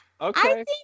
Okay